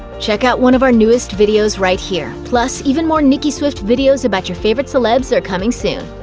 check out one of our newest videos right here! plus, even more nicki swift videos about your favorite celebs are coming soon.